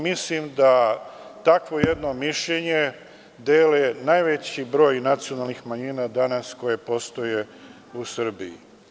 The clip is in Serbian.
Mislim da takvo jedno mišljenje deli najveći broj nacionalnih manjina koje danas postoje u Srbiji.